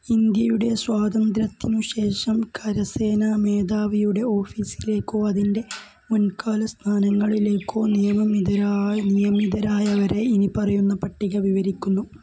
ഇന്ത്യയുടെ സ്വാതന്ത്ര്യത്തിനുശേഷം കരസേനാ മേധാവിയുടെ ഓഫീസിലേക്കോ അതിൻ്റെ മുൻകാല സ്ഥാനങ്ങളിലേക്കോ നിയമിതരായ നിയമിതരായവരെ ഇനിപ്പറയുന്ന പട്ടിക വിവരിക്കുന്നു